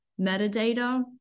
metadata